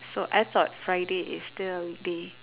so I thought friday is still a weekday